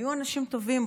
היו אנשים טובים,